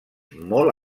molt